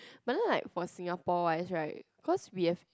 but then like for Singapore wise right cause we have